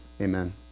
amen